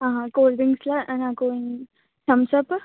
cool డ్రింక్స్లో నాకు ఈ తమ్స్అప్